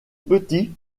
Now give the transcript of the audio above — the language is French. petit